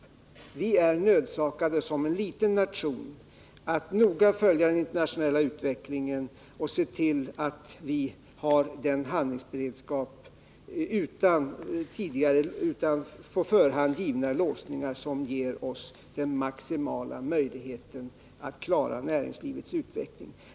Sverige är, som en liten nation, nödsakat att noga följa den internationella utvecklingen och se till att det har en handlingsberedskap utan på förhand givna låsningar, vilket ger maximala möjligheter att klara näringslivets utveckling.